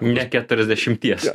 ne keturiasdešimties